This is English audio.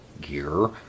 gear